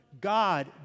God